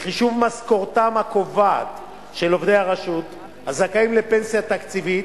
לחישוב משכורתם הקובעת של עובדי הרשות הזכאים לפנסיה תקציבית.